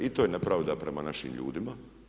I to je nepravda prema našim ljudima.